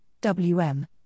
WM